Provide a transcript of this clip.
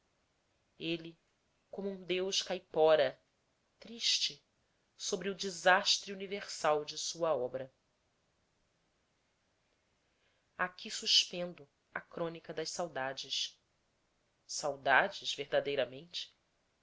ele como um deus caipora triste sobre o desastre universal de sua obra aqui suspendo a crônica das saudades saudades verdadeiramente